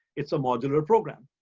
it's a modular program.